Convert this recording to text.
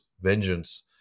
vengeance